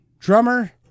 Drummer